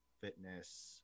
fitness